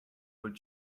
will